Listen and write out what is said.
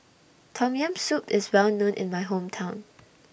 Tom Yam Soup IS Well known in My Hometown